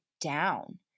down